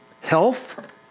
health